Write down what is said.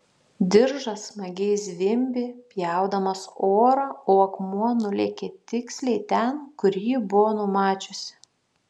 diržas smagiai zvimbė pjaudamas orą o akmuo nulėkė tiksliai ten kur ji buvo numačiusi